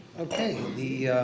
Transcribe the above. okay. the.